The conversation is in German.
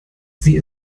sie